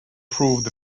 proved